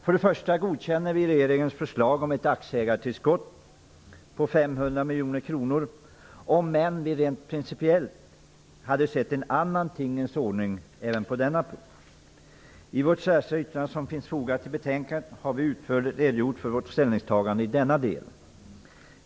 För det första godkänner vi regeringens förslag om ett aktieägartillskott på 500 miljoner kronor, även om vi rent principiellt hade sett en annan tingens ordning även på denna punkt. I Socialdemokraternas särskilda yttrande, som finns fogat till betänkandet, har vi socialdemokrater utförligt redogjort för vårt ställningstagande i denna del.